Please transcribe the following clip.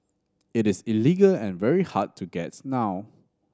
it is illegal and very hard to gets now